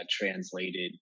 translated